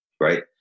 Right